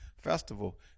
festival